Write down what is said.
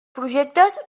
projectes